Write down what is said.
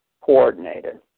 coordinated